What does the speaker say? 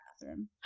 bathroom